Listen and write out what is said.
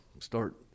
Start